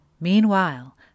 Meanwhile